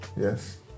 yes